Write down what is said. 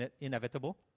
inevitable